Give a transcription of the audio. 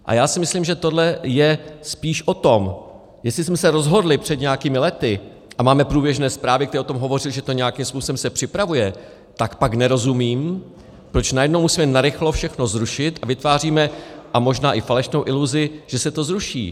A já si myslím, že tohle je spíš o tom, jestli jsme se rozhodli před nějakými lety a máme průběžné zprávy, které o tom hovoří, že se to nějakým způsobem se připravuje, tak pak nerozumím, proč najednou musíme narychlo všechno zrušit a vytváříme možná i falešnou iluzi, že se to zruší.